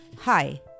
Hi